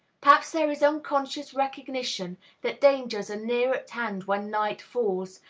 perhaps there is unconscious recognition that dangers are near at hand when night falls,